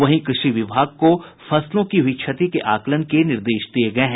वहीं कृषि विभाग को फसलों की हुई क्षति के आकलन के निर्देश दिये गये हैं